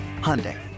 Hyundai